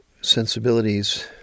sensibilities